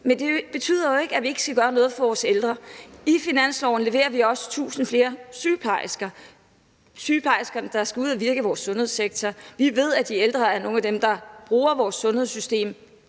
Men det betyder jo ikke, at vi ikke skal gøre noget for vores ældre. I finansloven leverer vi også 1.000 flere sygeplejersker, der skal ud og virke i vores sundhedssektor. Vi ved, at de ældre er nogle af dem, der bruger vores sundhedssystem